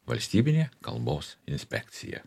valstybinė kalbos inspekcija